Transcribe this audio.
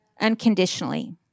unconditionally